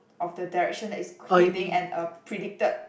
of the direction that it's heading and a predicted